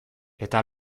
eta